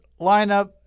lineup